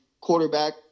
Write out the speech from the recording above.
quarterback